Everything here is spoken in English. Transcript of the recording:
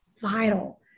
vital